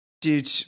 Dude